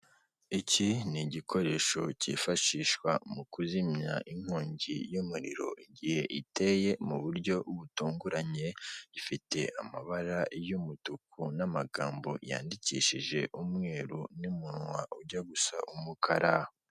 Iki ni igikoresho cyifashishwa mu kuzimya inkongi y'umuriro igihe iteye mu buryo butunguranye, ifite amabara y'umutuku n'amagambo yandikishije umweru, n'umunwa ujya gusa umukara.